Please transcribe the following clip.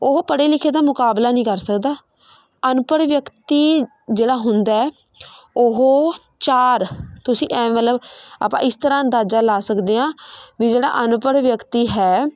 ਉਹ ਪੜ੍ਹੇ ਲਿਖੇ ਦਾ ਮੁਕਾਬਲਾ ਨਹੀਂ ਕਰ ਸਕਦਾ ਅਨਪੜ੍ਹ ਵਿਅਕਤੀ ਜਿਹੜਾ ਹੁੰਦਾ ਉਹ ਚਾਰ ਤੁਸੀਂ ਹੈ ਮਤਲਬ ਆਪਾਂ ਇਸ ਤਰ੍ਹਾਂ ਅੰਦਾਜ਼ਾ ਲਾ ਸਕਦੇ ਹਾਂ ਵੀ ਜਿਹੜਾ ਅਨਪੜ੍ਹ ਵਿਅਕਤੀ ਹੈ